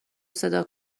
صدا